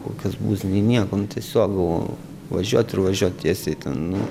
kokios bus nei nieko nu tiesiog galvojau važiuot ir važiuot tiesiai ten nu